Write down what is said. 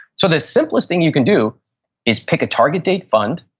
so the simplest thing you can do is pick a target date fund,